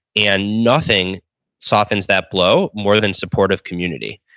and nothing softens that blow more than supportive community.